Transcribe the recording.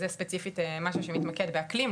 זה ספציפית משהו שמתמקד באקלים,